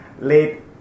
late